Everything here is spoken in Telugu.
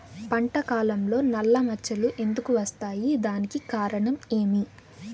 పంట కాలంలో నల్ల మచ్చలు ఎందుకు వస్తాయి? దానికి కారణం ఏమి?